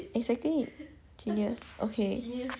exactly genius okay